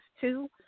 two